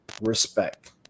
respect